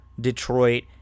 Detroit